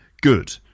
good